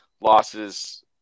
losses